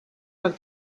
per